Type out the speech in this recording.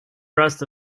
rest